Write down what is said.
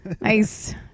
Nice